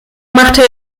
machte